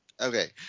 okay